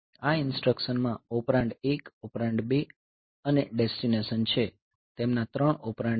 આ ઇન્સટ્રકશન માં operand 1 operand 2 અને ડેસ્ટિનેશન છે તેમના 3 ઓપરેન્ડ છે